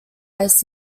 ice